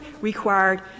required